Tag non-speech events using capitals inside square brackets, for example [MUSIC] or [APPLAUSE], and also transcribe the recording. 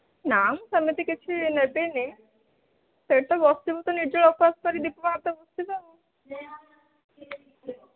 ନା ମୁଁ ସେମିତି କିଛି ନେବିନି ସେଠି ତ ବସିବୁ ତ ନିର୍ଜ୍ଜଳା ଉପବାସ କରିକି ଦୀପ ପାଖରେ ତ ବସିବୁ ଆଉ [UNINTELLIGIBLE]